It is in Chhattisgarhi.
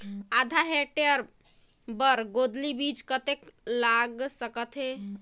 आधा हेक्टेयर बर गोंदली बीच कतेक लाग सकथे?